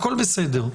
הכל בסדר,